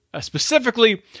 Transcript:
specifically